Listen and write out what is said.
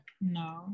No